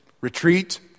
retreat